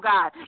God